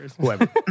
whoever